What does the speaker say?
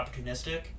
opportunistic